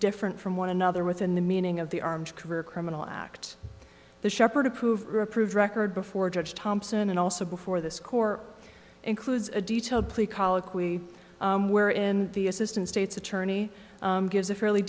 different from one another within the meaning of the armed career criminal act the shepherd approved or approved record before judge thompson and also before the score includes a detailed plea colloquy where in the assistant state's attorney gives a fairly